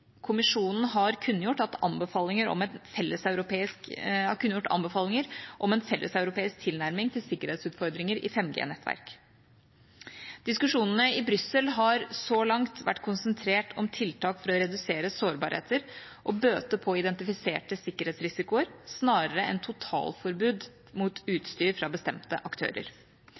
har kunngjort anbefalinger om en felleseuropeisk tilnærming til sikkerhetsutfordringer i 5G-nettverk. Diskusjonene i Brussel har så langt vært konsentrert om tiltak for å redusere sårbarheter og bøte på identifiserte sikkerhetsrisikoer snarere enn totalforbud mot utstyr fra bestemte aktører.